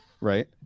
right